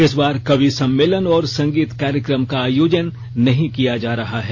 इस बार कवि सम्मेलन और संगीत कार्यक्रम का आयोजन नहीं किया जा रहा है